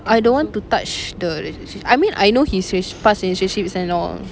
I don't want to touch the relationship I mean I know his re~ past relationships and all